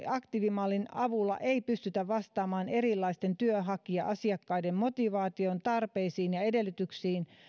aktiivimallin avulla ei pystytä vastaamaan erilaisten työnhakija asiakkaiden motivaatioon tarpeisiin ja edellytyksiin